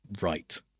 right